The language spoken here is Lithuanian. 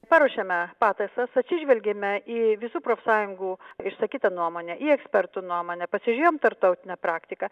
paruošėme pataisas atsižvelgėme į visų profsąjungų išsakytą nuomonę į ekspertų nuomonę pasižiūrėjom tarptautinę praktiką